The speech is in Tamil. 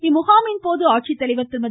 இம்முகாமின்போது ஆட்சித்தலைவர் திருமதி